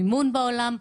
מימון בעולם.